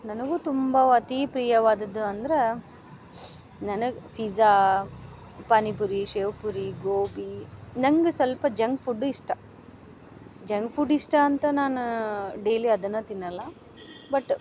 ನನಗು ತುಂಬ ಅತಿ ಪ್ರಿಯವಾದದ್ದು ಅಂದ್ರೆ ನನಗೆ ಫಿಜ್ಜಾ ಪಾನಿಪುರಿ ಶೇವ್ಪುರಿ ಗೋಬಿ ನಂಗೆ ಸ್ವಲ್ಪ ಜಂಕ್ ಫುಡ್ಡು ಇಷ್ಟ ಜಂಕ್ ಫುಡ್ ಇಷ್ಟ ಅಂತ ನಾನು ಡೇಲಿ ಅದನ್ನ ತಿನ್ನಲ್ಲ ಬಟ್